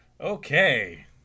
Okay